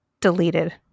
Deleted